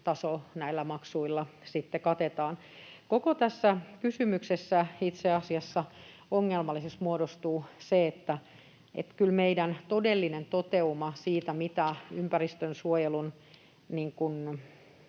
taso näillä maksuilla sitten katetaan. Koko tässä kysymyksessä itse asiassa ongelmalliseksi muodostuu se, että kyllä meidän todellinen toteuma siitä, mitä ympäristönsuojelun